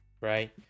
right